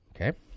Okay